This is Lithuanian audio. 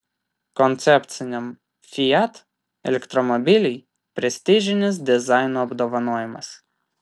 koncepciniam fiat elektromobiliui prestižinis dizaino apdovanojimas